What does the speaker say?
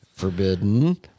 Forbidden